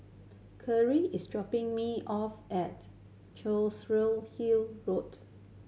is dropping me off at Hill Road